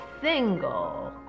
single